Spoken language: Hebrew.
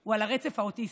הוא על הרצף האוטיסטי.